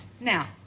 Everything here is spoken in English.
Now